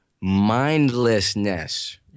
mindlessness